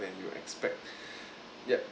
then you expect yup